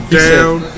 down